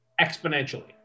exponentially